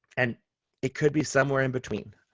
and it could be somewhere in between.